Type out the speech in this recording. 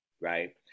right